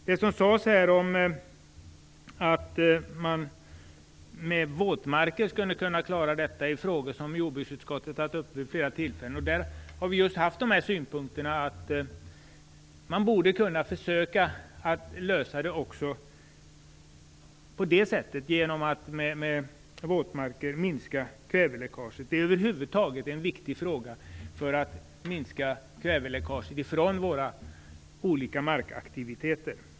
Det sades att man skulle kunna klara detta genom våtmarker, och det är frågor som jordbruksutskottet har haft uppe vid flera tillfällen. Vi har just haft synpunkten att det borde gå att minska kväveläckaget genom våtmarkerna. Det är över huvud taget viktigt att minska kväveläckaget från olika markaktiviteter.